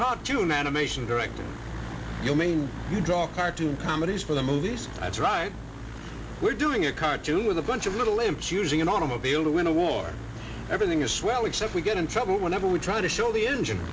an animation director you mean you draw cartoon comedies for the movies i try we're doing a cartoon with a bunch of little imps using an automobile to win a war everything is swell except we get in trouble whenever we try to show the engine